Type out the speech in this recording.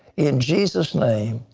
in jesus' name.